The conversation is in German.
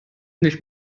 nicht